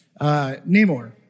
Namor